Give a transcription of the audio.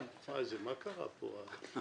מה קרה פה?